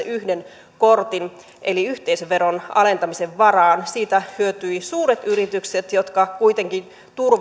yhden kortin eli yhteisöveron alentamisen varaan siitä hyötyivät suuret yritykset jotka kuitenkin